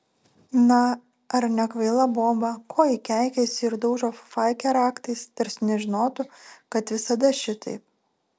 na ar nekvaila boba ko ji keikiasi ir daužo fufaikę raktais tarsi nežinotų kad visada šitaip